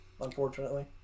unfortunately